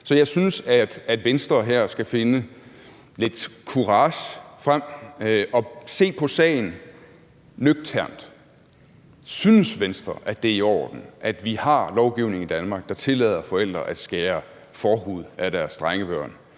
Så jeg synes, at Venstre her skal finde lidt courage frem og se på sagen nøgternt: Synes Venstre, at det er i orden, at vi har lovgivning i Danmark, der tillader forældre at skære forhud af deres drengebørn?